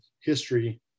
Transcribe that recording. history